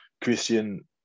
Christian